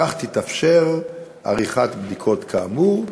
כך תתאפשר עריכת בדיקות כאמור,